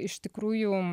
iš tikrųjų